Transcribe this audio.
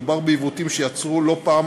מדובר בעיוותים שיצרו לא פעם